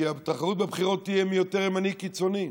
כי התחרות בבחירות תהיה מי יותר ימני קיצוני,